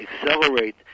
accelerate